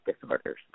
disorders